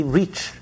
reach